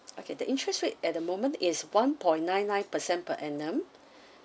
okay the interest rate at the moment is one point nine nine percent per annum